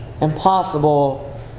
impossible